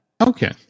Okay